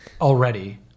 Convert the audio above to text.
already